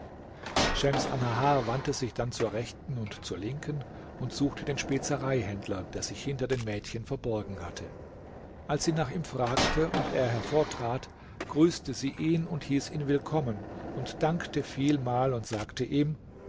schems annahar wandte sich dann zur rechten und zur linken und suchte den spezereihändler der sich hinter den mädchen verborgen hatte als sie nach ihm fragte und er hervortrat grüßte sie ihn und hieß ihn willkommen und dankte vielmal und sagte ihm